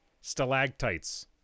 stalactites